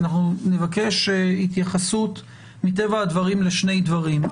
ואנחנו נבקש התייחסות מטבע הדברים לשני דברים.